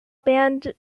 band